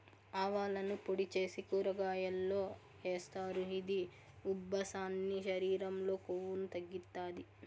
ఆవాలను పొడి చేసి ఊరగాయల్లో ఏస్తారు, ఇది ఉబ్బసాన్ని, శరీరం లో కొవ్వును తగ్గిత్తాది